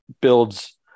builds